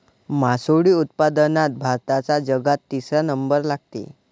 मासोळी उत्पादनात भारताचा जगात तिसरा नंबर लागते